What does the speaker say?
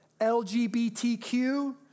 LGBTQ